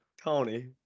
Tony